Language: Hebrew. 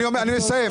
אני מסיים.